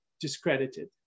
discredited